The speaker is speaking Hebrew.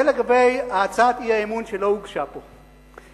זה לגבי הצעת האי-אמון שלא הוגשה פה.